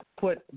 put